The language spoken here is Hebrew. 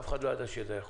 אף אחד לא ידע שזה יחול.